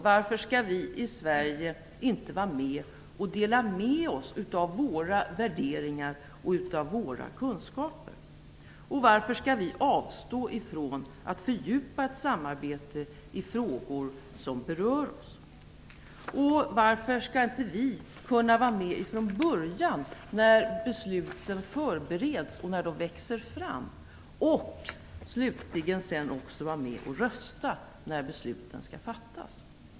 Varför skall vi i Sverige inte vara med och dela med oss av våra värderingar och kunskaper? Varför skall vi avstå från att fördjupa ett samarbete om frågor som berör oss? Varför skall inte vi kunna vara med från början när besluten förbereds, när de växer fram och sedan vara med och rösta när besluten skall fattas?